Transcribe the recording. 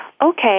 okay